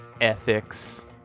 ethics